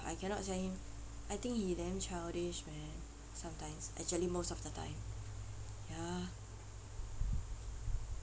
I cannot sia him I think he damn childish man sometimes actually most of the time ya